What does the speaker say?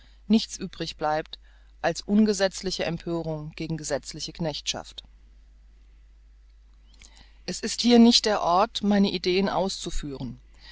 nichts übrig bleibt als ungesetzliche empörung gegen die gesetzliche knechtschaft es ist hier nicht der ort meine ideen auszuführen